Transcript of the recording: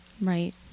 Right